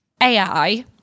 AI